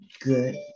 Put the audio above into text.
good